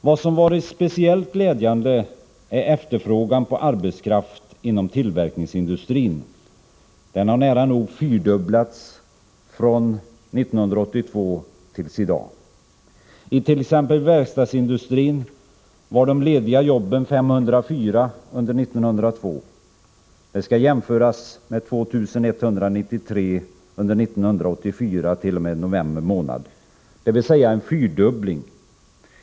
Vad som varit speciellt glädjande är att efterfrågan på arbetskraft inom tillverkningsindustrin nära nog fyrdubblats från 1982 tills i dag. I t.ex. verkstadsindustrin var de lediga jobben 504 under 1982. Det skall jämföras med 2 193 under 1984 t.o.m. november månad, dvs. en fyrdubbling.